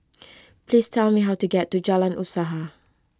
please tell me how to get to Jalan Usaha